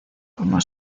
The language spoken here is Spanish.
como